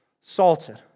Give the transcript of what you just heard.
salted